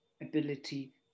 ability